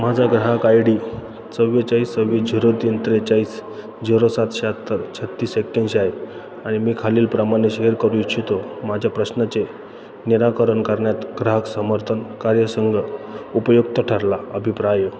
माझा ग्राहक I D चेव्वेचाळीस सव्वीस झिरो तीन त्रेचाळीस झिरो सात शाहात्तर छत्तीस एक्याऐंंशी आणि मी खालील प्रमाणे शेअर करू इच्छितो माझ्या प्रश्नाचे निराकरण करण्यात ग्राहक समर्थन कार्यसंघ उपयुक्त ठरला अभिप्राय